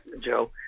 Joe